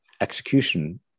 execution